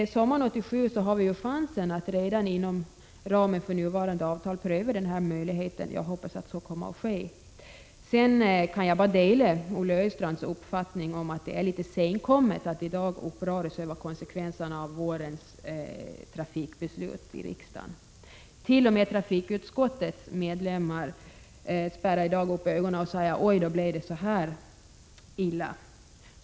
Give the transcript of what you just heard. Inom ramen för nuvarande avtal har vi redan till sommaren 1987 chansen att pröva denna möjlighet. Jag hoppas att så kommer att ske. Jag delar Olle Östrands uppfattning om att det är litet senkommet att i dag uppröras över konsekvenserna av vårens trafikpolitiska beslut i riksdagen. T.o.m. trafikutskottets medlemmar spärrar i dag upp ögonen och säger: Oj då, blev det så här illa?